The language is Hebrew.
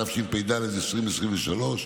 התשפ"ד 2023,